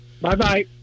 Bye-bye